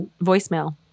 voicemail